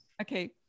Okay